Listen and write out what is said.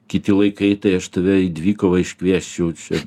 kiti laikai tai aš tave į dvikovą iškviesčiau čia